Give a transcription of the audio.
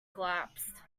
collapsed